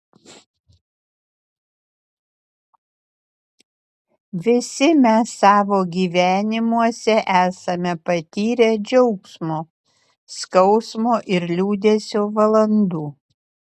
visi mes savo gyvenimuose esame patyrę džiaugsmo skausmo ir liūdesio valandų